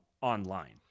online